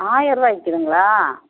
ஆயிரம் ரூபா விற்குதுங்களா